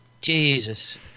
Jesus